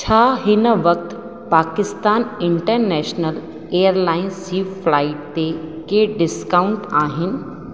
छा हिन वक़्तु पाकिस्तान इंटरनेशनल एयरलाइंस जी फ्लाइट ते के डिस्काउंट आहिनि